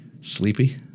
Sleepy